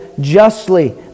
justly